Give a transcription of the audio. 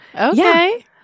Okay